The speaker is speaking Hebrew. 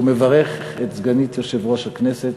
ומברך את סגנית יושב-ראש הכנסת,